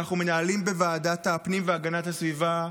אנחנו מנהלים בוועדת הפנים והגנת הסביבה,